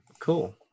cool